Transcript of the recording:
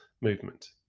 movement